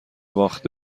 باخت